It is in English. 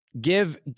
give